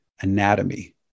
anatomy